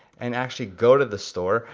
and actually go to the store,